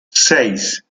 seis